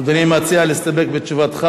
אדוני מציע להסתפק בתשובתך?